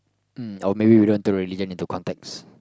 um or maybe we don't throw already then into to context